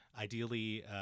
ideally